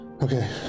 Okay